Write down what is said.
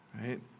right